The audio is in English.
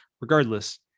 Regardless